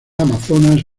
amazonas